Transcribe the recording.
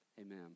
Amen